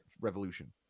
Revolution